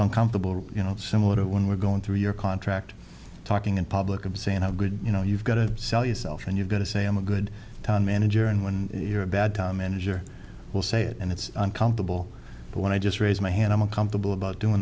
uncomfortable you know similar to when we're going through your contract talking in public i'm saying how good you know you've got to sell yourself and you've got to say i'm a good manager and when you're a bad manager will say it and it's uncomfortable but when i just raise my hand i'm uncomfortable about doing